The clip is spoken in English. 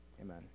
Amen